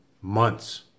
months